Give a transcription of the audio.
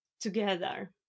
Together